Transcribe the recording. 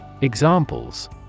Examples